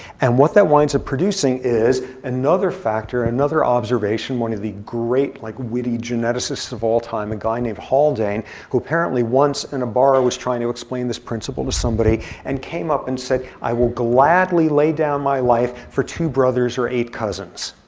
and what that winds up producing is another factor, another observation. one of the great, like witty geneticists of all time, a guy named haldane who, apparently, once in a bar was trying to explain this principle to somebody and came up and said, i will gladly lay down my life for two brothers or eight cousins.